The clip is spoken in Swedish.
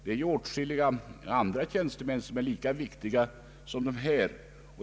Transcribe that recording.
Det är åtskilliga andra tjänstemän vilkas arbete är lika viktigt som dessas.